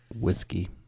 whiskey